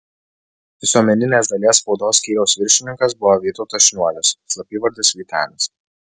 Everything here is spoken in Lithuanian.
visuomeninės dalies spaudos skyriaus viršininkas buvo vytautas šniuolis slapyvardis vytenis